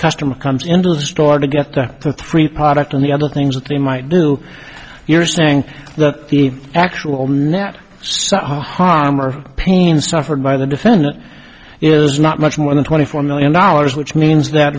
customer comes into the store to get the three product and the other things that they might do you're saying that the actual net saw harm or pain suffering by the defendant is not much more than twenty four million dollars which means that